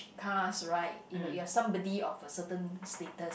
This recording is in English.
cars right you know you are somebody of a certain status